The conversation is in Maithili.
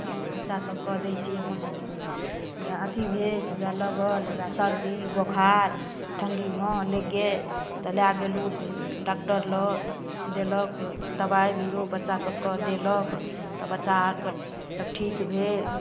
बच्चासबके दै छिए अथी अथी भेल लगल वएह सर्दी बोखार ठण्डीमे लागि गेल तऽ लऽ गेलहुँ डॉक्टरलग देलक दवाइ बीरो बच्चासबके देलक तऽ बच्चा आओरके तब ठीक भेल